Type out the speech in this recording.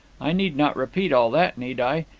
i need not repeat all that, need i?